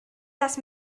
das